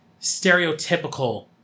stereotypical